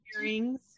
earrings